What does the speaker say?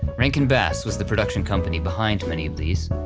rankin bass was the production company behind many of these,